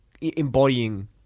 embodying